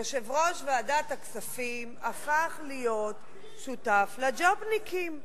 יושב-ראש ועדת הכספים הפך להיות שותף לג'ובניקים.